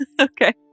Okay